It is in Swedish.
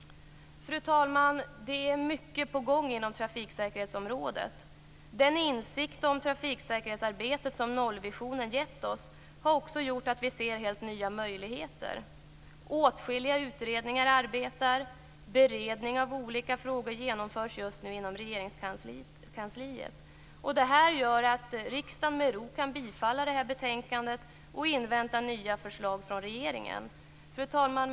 Fru talman! Det är mycket på gång inom trafiksäkerhetsområdet. Den insikt om trafiksäkerhetsarbetet som nollvisionen har gett oss har också gjort att vi ser helt nya möjligheter. Åtskilliga utredningar arbetar och beredning av olika frågor genomförs just nu inom Regeringskansliet. Detta gör att riksdagen med ro kan bifalla hemställan i detta betänkande och invänta nya förslag från regeringen. Fru talman!